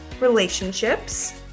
Relationships